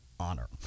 honor